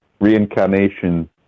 reincarnation